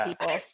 people